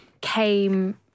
came